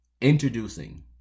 introducing